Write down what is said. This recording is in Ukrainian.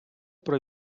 про